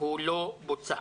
הוא לא בוצע.